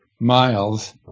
miles